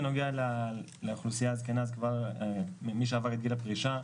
בנוגע לאוכלוסייה הזקנה מי שעבר את גיל הפרישה,